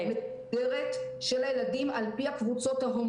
וניסינו להתאים אותם למסגרות שלנו לאור